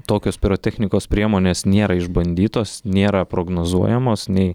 tokios pirotechnikos priemonės nėra išbandytos nėra prognozuojamos nei